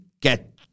get